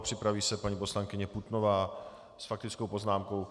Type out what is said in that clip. Připraví se paní poslankyně Putnová s faktickou poznámkou.